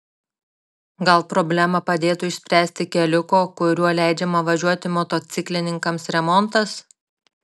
gal problemą padėtų išspręsti keliuko kuriuo leidžiama važiuoti motociklininkams remontas